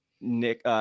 Nick –